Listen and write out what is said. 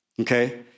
okay